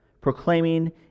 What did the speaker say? proclaiming